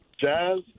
Jazz